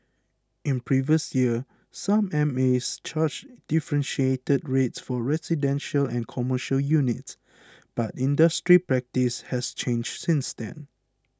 in previous years some MAs charged differentiated rates for residential and commercial units but industry practice has changed since then